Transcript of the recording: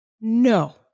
No